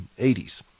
80s